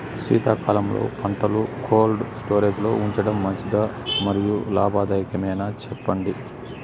శీతాకాలంలో పంటలు cold storage లో ఉంచడం మంచిదా? మరియు లాభదాయకమేనా, సెప్పండి